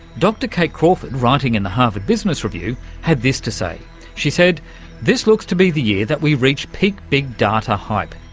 dr kate crawford writing in the harvard business review had this to say, she said this looks to be the year that we reach peak big data hype.